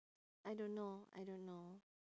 I don't know I don't know